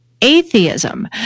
atheism